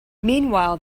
meanwhile